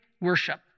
worship